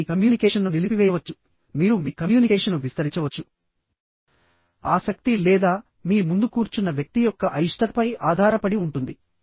మీరు మీ కమ్యూనికేషన్ను నిలిపివేయవచ్చుమీరు మీ కమ్యూనికేషన్ను విస్తరించవచ్చు ఆసక్తి లేదా మీ ముందు కూర్చున్న వ్యక్తి యొక్క అయిష్టతపై ఆధారపడి ఉంటుంది